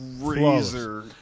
razor